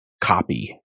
copy